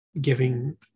giving